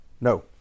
No